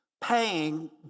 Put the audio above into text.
paying